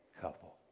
couple